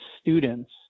students